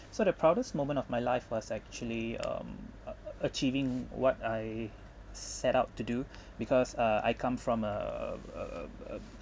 so the proudest moment of my life was actually um a~ a~ achieving what I set out to do because uh I come from a